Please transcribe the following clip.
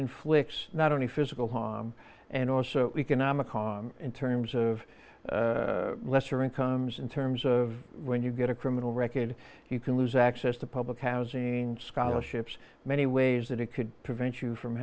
inflicts not only physical harm and also economic harm in terms of lesser incomes in terms of when you get a criminal record you can lose access to public housing scholarships many ways that it could prevent you from